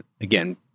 again